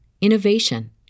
innovation